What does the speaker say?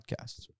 podcasts